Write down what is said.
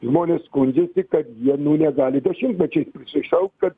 žmonės skundžiasi kad jie nu negali dešimtmečiais prisišaukt kad